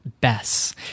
Bess